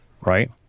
right